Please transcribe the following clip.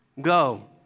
go